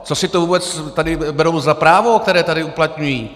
Co si to vůbec tady berou za právo, které tady uplatňují?